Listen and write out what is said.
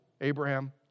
Abraham